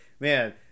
man